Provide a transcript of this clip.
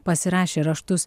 pasirašė raštus